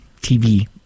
TV